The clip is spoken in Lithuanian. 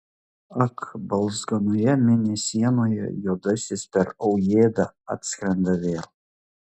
ak balzganoje mėnesienoje juodasis per aujėdą atskrenda vėl